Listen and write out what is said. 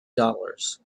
dollars